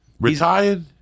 Retired